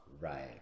right